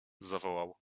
zawołał